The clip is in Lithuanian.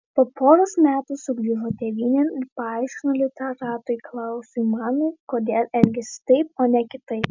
po poros metų sugrįžo tėvynėn ir paaiškino literatui klausui manui kodėl elgėsi taip o ne kitaip